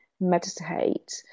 meditate